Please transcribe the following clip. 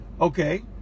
Okay